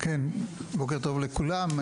כן, בוקר טוב לכולם.